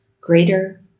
greater